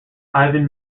ivan